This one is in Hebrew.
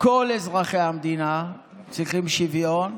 כל אזרחי המדינה צריכים שוויון,